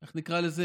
איך נקרא לזה,